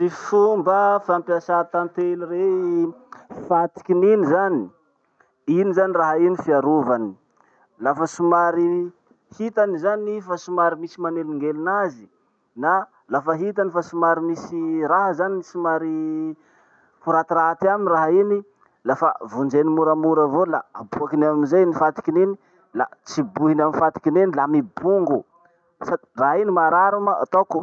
Ty fomba fampiasà tantely rey fatikiny iny zany: iny zany raha iny fiarovany. Lafa somary, hitany zany i fa somary misy manelingelin'azy na lafa hita fa somary misy raha zany somary ho ratiraty aminy raha iny, lafa vonjeny moramora avao la aboakiny eo amizay fatikiny iny la tribohiny amy fatikiny iny la mibongo. Sady raha iny maharary.